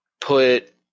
put